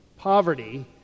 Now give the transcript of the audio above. Poverty